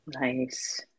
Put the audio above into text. nice